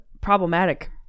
problematic